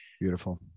Beautiful